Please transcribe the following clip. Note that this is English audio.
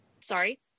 sorry